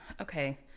okay